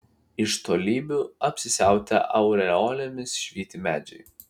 iš tolybių apsisiautę aureolėmis švyti medžiai